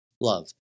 love